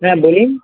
হ্যাঁ বলুন